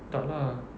tak lah